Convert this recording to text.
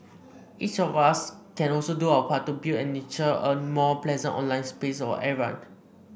each of us can also do our part to build and nurture a more pleasant online space for everyone